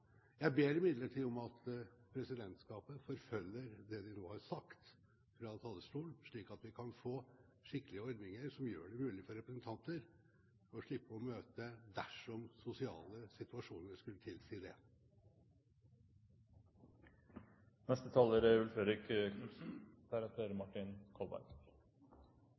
Jeg ber imidlertid om at presidentskapet forfølger det en nå har sagt fra talerstolen, slik at vi kan få skikkelige ordninger som gjør det mulig for representanter å slippe å møte dersom sosiale situasjoner skulle tilsi